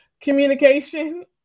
communication